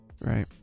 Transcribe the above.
right